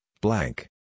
blank